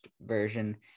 version